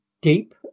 deep